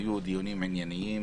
היו דיונים ענייניים.